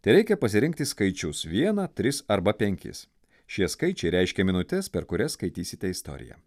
tereikia pasirinkti skaičius vieną tris arba penkis šie skaičiai reiškia minutes per kurias skaitysite istoriją